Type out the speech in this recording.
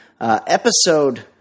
Episode